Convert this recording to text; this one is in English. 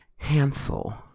Hansel